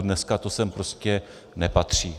Dneska to sem prostě nepatří.